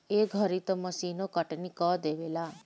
ए घरी तअ मशीनो कटनी कअ देवेला